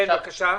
כן, בבקשה.